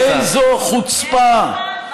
איזו חוצפה,